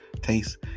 taste